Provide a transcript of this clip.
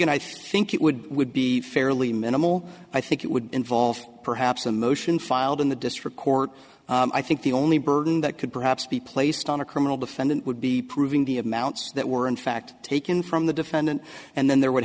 kagan i think it would would be fairly minimal i think it would involve perhaps a motion filed in the district court i think the only burden that could perhaps be placed on a criminal defendant would be proving the amounts that were in fact taken from the defendant and then there would